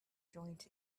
joint